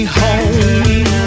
home